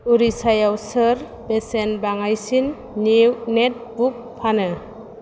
उरिस्सायाव सोर बेसेन बाङाइसिन निउ नेटबुक फानो